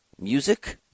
Music